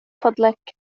فضلك